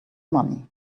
money